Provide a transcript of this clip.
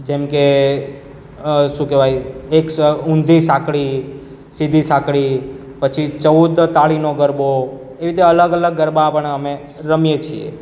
જેમ કે શું કહેવાય એક સ ઊંધી સાંકળી સીધી સાંકળી પછી ચૌદ તાળીનો ગરબો એવી રીતે અલગ અલગ ગરબા પણ અમે રમીએ છીએ